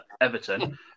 Everton